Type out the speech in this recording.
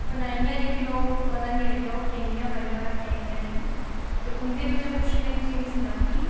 बनाइयां पुर ओह् पता निं लग्गेआ कनेहियां बनियां ते कनेहियां नेईं ते उं'दे बिच्चा किश में तुसेंगी सनागी